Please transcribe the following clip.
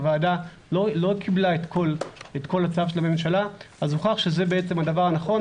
הוועדה לא קיבלה את כל הצו של הממשלה אז הוכח שזה בעצם הדבר הנכון.